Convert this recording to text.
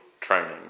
training